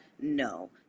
No